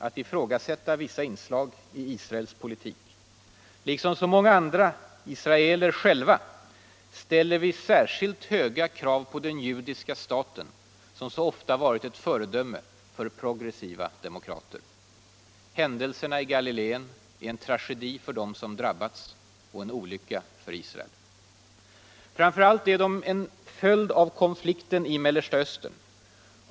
Liksom många israeler själva ställer vi särskilt höga krav på den judiska staten, som så ofta har varit föredöme för progressiva demokrater. Händelserna i Galiléen är en tragedi för dem som drabbats och en olycka för Israel. De är framför allt en följd av konflikten i Mellersta Östern.